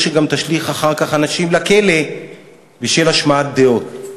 שגם תשליך אחר כך אנשים לכלא בשל השמעת דעות.